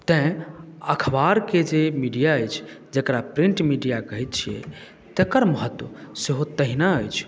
तेँ अखबारके जे मीडिया अछि जकरा प्रिन्ट मीडिया कहैत छियै तकर महत्त्व सेहो तहिना अछि